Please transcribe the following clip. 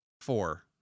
Four